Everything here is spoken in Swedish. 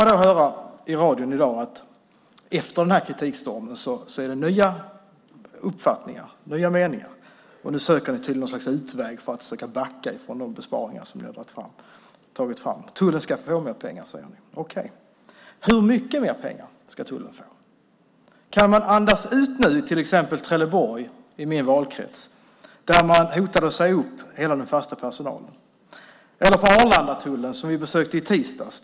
Man får höra på radion i dag att det efter kritikstormen är nya uppfattningar, nya meningar. Nu söker ni något slags utväg för att försöka backa från de besparingar som ni har tagit fram. Tullen ska få mer pengar, säger ni. Okej! Hur mycket mer pengar ska tullen få? Kan man andas ut nu, till exempel i Trelleborg i min valkrets, där man hotade att säga upp hela den fasta personalen, eller vid Arlandatullen, som vi besökte i tisdags?